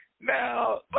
Now